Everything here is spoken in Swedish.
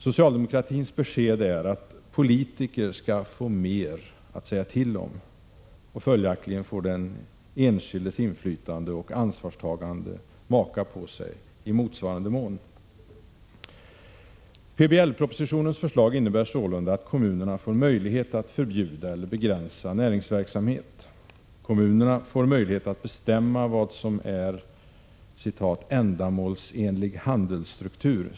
Socialdemokratins besked är att politiker skall få mer att säga till om, och följaktligen får den enskildes inflytande och ansvarstagande maka på sig i motsvarande mån. PBL-propositionens förslag innebär sålunda att kommunerna får möjlighet att förbjuda eller begränsa näringsverksamhet. Kommunerna får möjlighet att bestämma vad som är en ”ändamålsenlig handelsstruktur”.